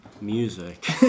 music